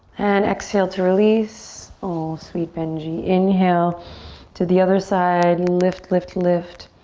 and exhale to release. oh, sweet benji. inhale to the other side. lift, lift, lift.